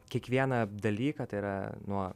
kiekvieną dalyką tai yra nuo